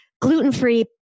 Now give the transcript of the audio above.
gluten-free